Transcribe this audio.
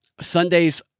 Sunday's